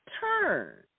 Turn